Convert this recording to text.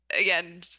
again